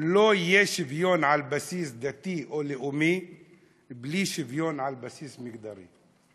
שלא יהיה שוויון על בסיס דתי או לאומי בלי שוויון על בסיס מגדרי.